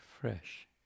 fresh